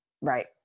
Right